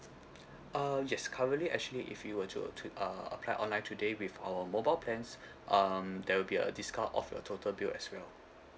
uh yes currently actually if you were to to uh apply online today with our mobile plans um there will be a discount off your total bill as well